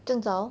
这样早